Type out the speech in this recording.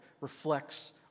reflects